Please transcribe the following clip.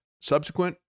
subsequent